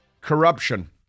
corruption